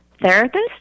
therapist